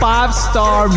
Five-star